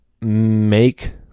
make